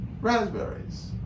raspberries